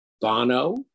Bono